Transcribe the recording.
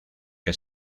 que